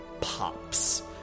pops